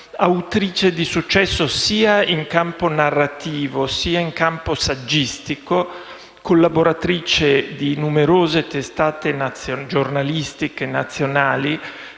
autrice di successo sia in campo narrativo, sia in campo saggistico, collaboratrice di numerose testate giornalistiche nazionali,